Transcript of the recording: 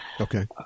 Okay